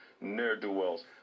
ne'er-do-wells